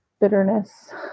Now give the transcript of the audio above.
bitterness